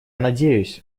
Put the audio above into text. надеюсь